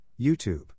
youtube